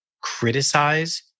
criticize